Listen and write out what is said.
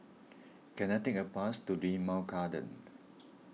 can I take a bus to Limau Garden